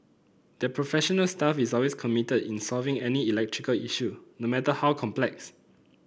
their professional staff is always committed in solving any electrical issue no matter how complex